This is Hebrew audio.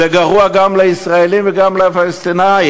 זה גרוע גם לישראלים וגם לפלסטינים.